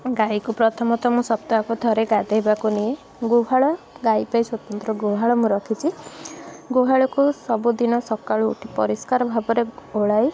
ମୁଁ ଗାଈକୁ ପ୍ରଥମତଃ ମୁଁ ସପ୍ତାହକୁ ଥରେ ଗାଧୋଇବାକୁ ନିଏ ଗୁହାଳ ଗାଈ ପାଇଁ ସ୍ଵତନ୍ତ୍ର ଗୁହାଳ ମୁଁ ରଖିଛି ଗୁହାଳକୁ ସବୁଦିନ ସକାଳୁ ଉଠି ପରିଷ୍କାର ଭାବରେ ଓଳାଏ